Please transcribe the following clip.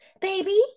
baby